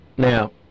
Now